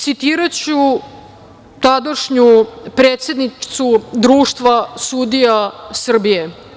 Citiraću tadašnju predsednicu Društva sudija Srbije.